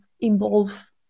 involve